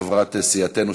חברת סיעתנו,